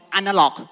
analog